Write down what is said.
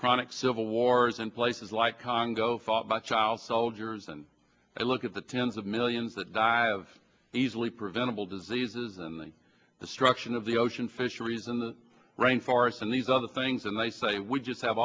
chronic civil wars in places like congo fought by child soldiers and i look at the tens of millions that dive easily preventable diseases and the destruction of the ocean fisheries and the rainforest and these other things and they say we just have